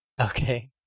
Okay